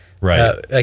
Right